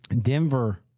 Denver